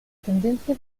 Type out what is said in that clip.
tendencia